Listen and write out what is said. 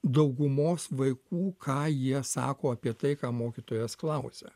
daugumos vaikų ką jie sako apie tai ką mokytojas klausia